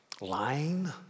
lying